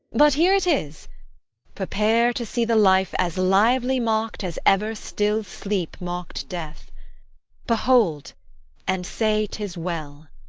but here it is prepare to see the life as lively mock'd as ever still sleep mock'd death behold and say tis well.